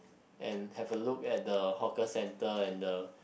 and have a look at the hawker center and the